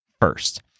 first